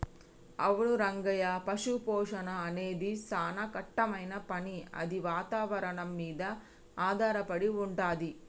అవును రంగయ్య పశుపోషణ అనేది సానా కట్టమైన పని అది వాతావరణం మీద ఆధారపడి వుంటుంది